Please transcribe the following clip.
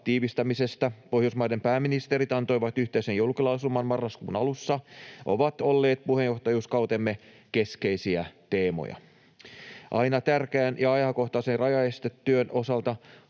tiivistämisestä Pohjoismaiden pääministerit antoivat yhteisen julkilausuman marraskuun alussa, ovat olleet puheenjohtajuuskautemme keskeisiä teemoja. Aina tärkeän ja ajankohtaisen rajaestetyön osalta